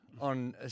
on